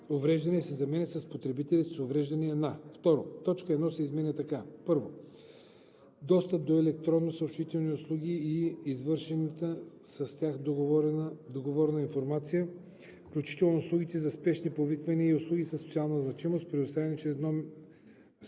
увреждания“ се заменят с „потребителите с увреждания на“. 2. Точка 1 се изменя така: „1. достъп до електронни съобщителни услуги и свързаната с тях договорна информация, включително услугите за спешни повиквания и услуги със социална значимост, предоставяни чрез номер